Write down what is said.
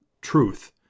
truth